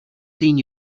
seen